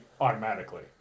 automatically